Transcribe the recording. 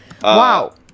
Wow